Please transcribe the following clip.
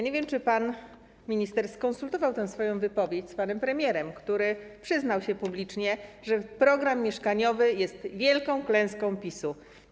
Nie wiem, czy pan minister skonsultował tę wypowiedź z panem premierem, który przyznał publicznie, że program mieszkaniowy jest wielką klęską PiS.